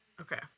Okay